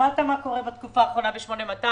שמעת מה קורה בתקופה האחרונה ב-8200,